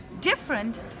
different